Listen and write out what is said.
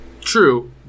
True